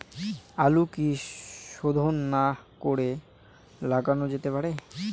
আলু কি শোধন না করে লাগানো যেতে পারে?